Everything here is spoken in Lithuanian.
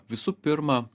visų pirma